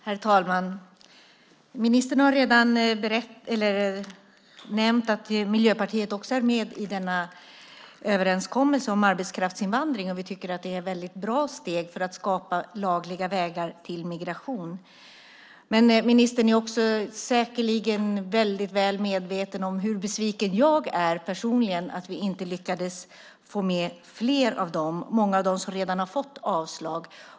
Herr talman! Ministern har redan nämnt att Miljöpartiet är med i överenskommelsen om arbetskraftsinvandring. Vi tycker att det är ett bra steg för att skapa lagliga vägar till migration. Men ministern är säkerligen väl medveten om hur besviken jag personligen är över att vi inte lyckades få med fler av dem som redan fått avslag.